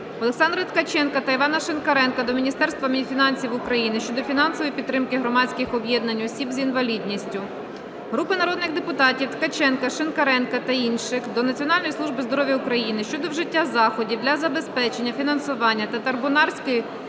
Олександра Ткаченка та Івана Шинкаренка до Міністерства фінансів України щодо фінансової підтримки громадських об'єднань осіб з інвалідністю. Групи народних депутатів (Ткаченка, Шинкаренка та інших) до Національної служби здоров'я України щодо вжиття заходів для забезпечення фінансування Татарбунарської